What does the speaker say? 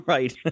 Right